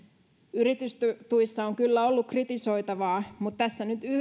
yritystuissa on kyllä ollut kritisoitavaa mutta tässä nyt